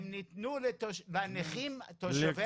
הם ניתנו לנכים תושבי האזור.